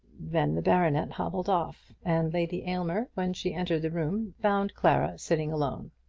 then the baronet hobbled off, and lady aylmer, when she entered the room, found clara sitting alone.